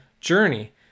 journey